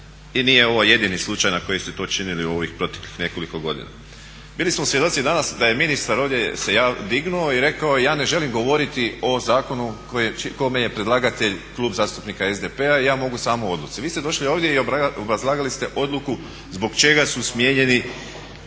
i nije ovo jedini slučaj na koji ste to činili u ovih proteklih nekoliko godina. Bili smo svjedoci danas da je ministar ovdje se dignuo i rekao ja ne želim govoriti o zakonu kome je predlagatelj Klub zastupnika SDP-a, ja mogu samo o odluci. Vi ste došli ovdje i obrazlagali ste odluku zbog čega su smijenjeni